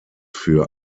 für